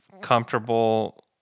comfortable